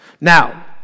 Now